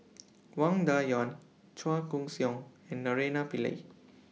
Wang Dayuan Chua Koon Siong and Naraina Pillai